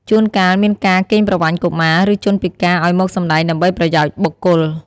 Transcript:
ជួនកាលមានការកេងប្រវ័ញ្ចកុមារ ឬជនពិការឱ្យមកសម្ដែងដើម្បីប្រយោជន៍បុគ្គល។